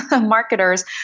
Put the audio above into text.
marketers